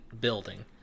building